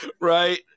Right